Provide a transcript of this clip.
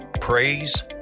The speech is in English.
Praise